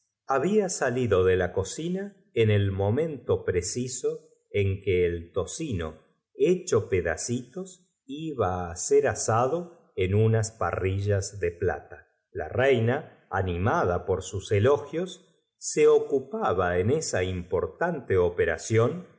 había salido de la cocina en el mo nen parrillas llegaron saltando y brincando to preciso en que el tocino hecho pedaci también primero los siete hijos de la se tos iba á ser asado en unas parrillas de ñora surizona luego sus parientes des plat a la reina animada por sus elogios pués sus aliados los cuales eran un os se ocupaba en es importante operación